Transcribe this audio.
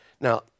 Now